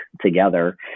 together